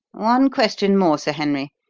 one question more, sir henry.